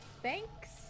Thanks